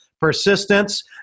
persistence